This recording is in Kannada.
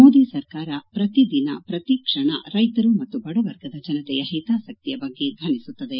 ಮೋದಿ ಸರ್ಕಾರ ಪ್ರತಿದಿನ ಪ್ರತಿಕ್ಷಣ ರೈತರು ಮತ್ತು ಬಡ ವರ್ಗದ ಜನತೆಯ ಹಿತಾಸಕ್ತಿಯ ಬಗ್ಗೆ ಧ್ವನಿಸುತ್ತದೆ